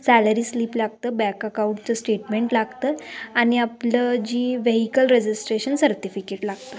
salary slip लागतं bank अकाऊंटचं statement लागतं आणि आपलं जी व्हेइकल रजिस्ट्रेशन सर्तिफिकेट लागतं